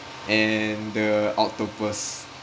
and the octopus